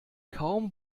kaum